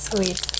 Sweet